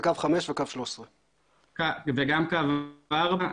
זה קו חמש וקו 13. גם קו ארבע.